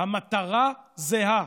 המטרה זהה.